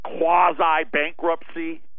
quasi-bankruptcy